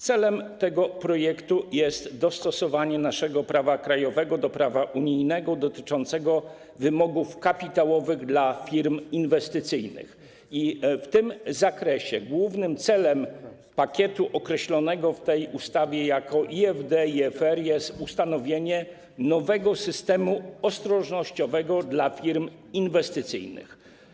Celem tego projektu jest dostosowanie naszego prawa krajowego do prawa unijnego dotyczącego wymogów kapitałowych dla firm inwestycyjnych i w tym zakresie głównym celem pakietu określonego w tej ustawie jako IFD/IFR jest ustanowienie nowego systemu ostrożnościowego dla firm inwestycyjnych.